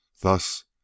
Thus